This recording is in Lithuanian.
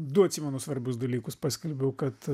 du atsimenu svarbius dalykus paskelbiau kad